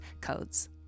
codes